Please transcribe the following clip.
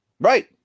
right